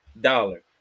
dollar